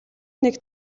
нэг